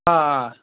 آ